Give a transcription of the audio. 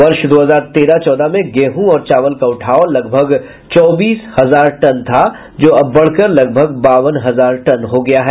वर्ष दो हजार तेरह चौदह में गेहूं और चावल का उठाव लगभग चौबीस हजार टन था जो अब बढ़कर लगभग बावन हजार टन हो गया है